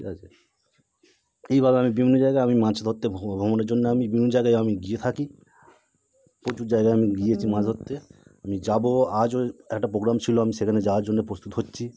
ঠিক আছে এইভাবে আমি বিভিন্ন জায়গায় আমি মাছ ধরতে ভ্রমণের জন্য আমি বিভিন্ন জায়গায় আমি গিয়ে থাকি প্রচুর জায়গায় আমি গিয়েছি মাছ ধরতে আমি যাবো আজও একটা পোগ্রাম ছিলো আমি সেখানে যাওয়ার জন্যে প্রস্তুত হচ্ছি